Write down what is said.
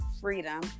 Freedom